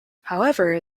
however